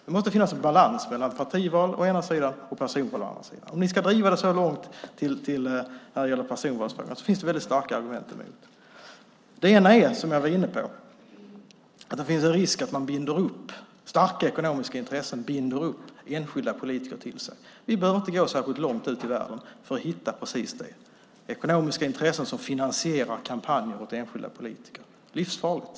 Det måste finnas en balans mellan partival å ena sidan och personval å andra sidan. Om ni ska driva det så långt i personvalsfrågan kan jag säga att det finns väldigt starka argument mot. Ett argument är, som jag varit inne på, att risken finns att starka ekonomiska intressen binder enskilda politiker till sig. Vi behöver inte gå särskilt långt ut i världen för att hitta just ekonomiska intressen som finansierar enskilda politikers kampanjer. Detta är livsfarligt.